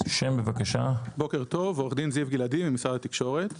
בוקר טוב, אני ממשרד התקשורת.